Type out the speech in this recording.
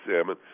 salmon